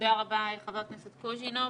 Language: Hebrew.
תודה רבה, חבר הכנסת קוז'ינוב.